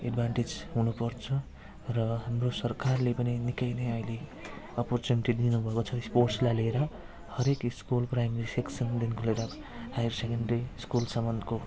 advantage हुनुपर्छ र हाम्रो सरकारले पनि निकै नै अहिले अपर्चुनिटी लिनुभएको छ स्पोट्सलाई लिएर हरेक स्कुल प्राइमरी सेक्सनदेखिको लिएर हायर सेकेन्ड्री स्कुलसम्मको